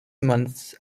months